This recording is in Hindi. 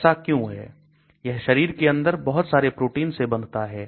ऐसा क्यों है यह शरीर के अंदर बहुत सारे प्रोटीन से बंधता है